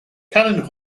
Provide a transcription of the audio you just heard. cannon